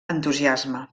entusiasme